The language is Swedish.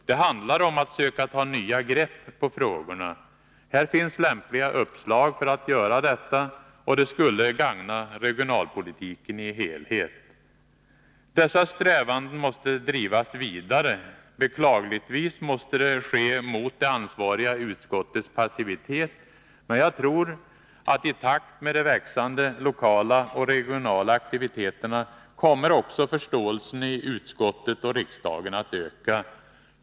Det handlar om att söka ta nya grepp på frågorna. Här finns lämpliga uppslag för att göra detta, och det skulle gagna regionalpolitiken i dess helhet. Dessa strävanden måste drivas vidare. Beklagligtvis måste det ske mot det ansvariga utskottets passivitet, men jag tror att i takt med de växande lokala och regionala aktiviteterna kommer också förståelsen i utskottet och riksdagen att öka.